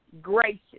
gracious